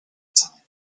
time